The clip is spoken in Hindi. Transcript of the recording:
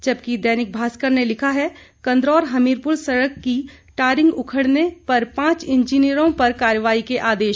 जबकि दैनिक भास्कर ने लिखा है कंदरौर हमीरपुर सड़क की टारिंक उखड़ने पर पांच इंजीनियरों पर कार्रवाई के आदेश